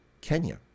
Kenya